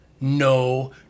No